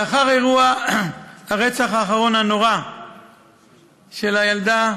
לאחר אירוע הרצח הנורא האחרון של הילדה